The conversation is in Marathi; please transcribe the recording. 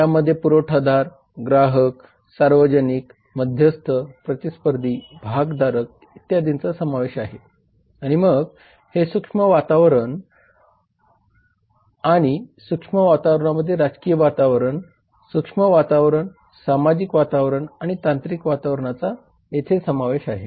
त्यामध्ये पुरवठादार ग्राहक सार्वजनिक मध्यस्थ प्रतिस्पर्धी भागधारक इत्यादींचा समावेश आहे आणि मग हे सूक्ष्म वातावरण हे स्थूल वातावरणामध्ये आहे आणि या सूक्ष्म वातावरणामध्ये राजकीय वातावरण सूक्ष्म वातावरण सामाजिक वातावरण आणि तांत्रिक वातावरणाचा समावेश आहे